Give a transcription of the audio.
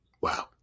Wow